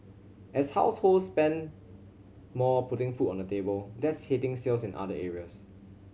as households spend more putting food on the table that's hitting sales in other areas